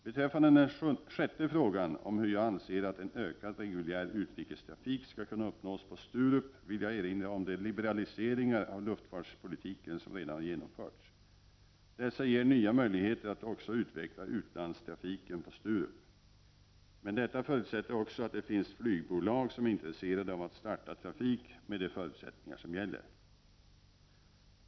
Beträffande den sjätte frågan som handlar om hur jag anser att en ökad reguljär utrikestrafik skall kunna uppnås på Sturup vill jag erinra om de liberaliseringar av luftfartspolitiken som redan genomförts. Dessa ger nya möjligheter att också utveckla utlandstrafiken på Sturup. Men detta förutsätter också att det finns flygbolag som är intresserade av att starta trafik med de förutsättningar som gäller.